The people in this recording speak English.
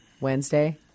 Wednesday